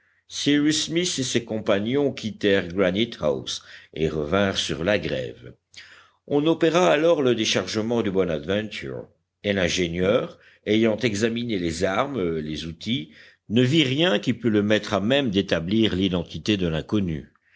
et ses compagnons quittèrent granite house et revinrent sur la grève on opéra alors le déchargement du bonadventure et l'ingénieur ayant examiné les armes les outils ne vit rien qui pût le mettre à même d'établir l'identité de l'inconnu